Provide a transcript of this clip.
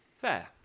Fair